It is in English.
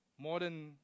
modern